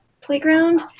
playground